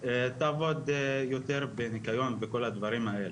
תעבוד יותר בניקיון ובכל הדברים האלה,